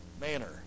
manner